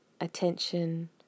attention